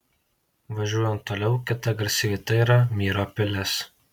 važiuojant toliau kita garsi vieta yra myro pilis